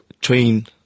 train